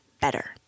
better